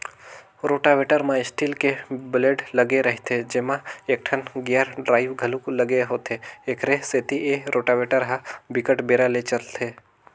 rotavator म steel के blade लगे रहिथे जेमा एकठन गेयर ड्राइव घलोक लगे होथे, एखरे सेती ए रोटावेटर ह बिकट बेरा ले चलथे